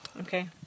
Okay